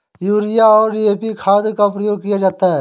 urea और DAP खाद का प्रयोग किया जाता है